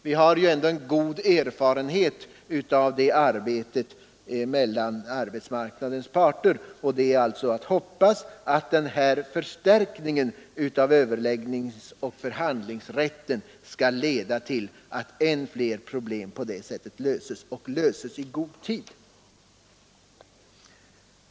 Vi har god erfarenhet av sådana möjligheter till samförstånd mellan arbetsmarknadens parter, och det är alltså att hoppas att förstärkningen av överläggningseller förhandlingsrätten skall leda till att många problem löses i så god tid som möjligt.